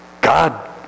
God